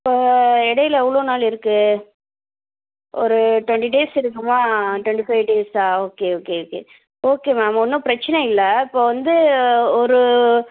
இப்போ எடையில் எவ்வளோ நாள் இருக்கு ஒரு டொன்ட்டி டேஸ் இருக்குமா டொன்ட்டி ஃபை டேஸ்ஸா okay okay okay okay ma'am ஒன்றும் ப்ரச்சனை இல்லை இப்போ வந்து ஒரு